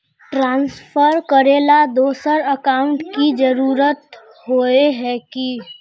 Transfer करेला दोसर account की जरुरत होय है की?